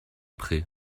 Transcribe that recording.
prés